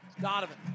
Donovan